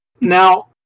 Now